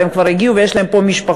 אבל הם כבר הגיעו ויש להם פה משפחות,